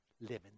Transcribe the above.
living